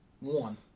One